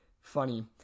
funny